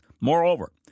Moreover